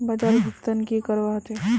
बाजार भुगतान की करवा होचे?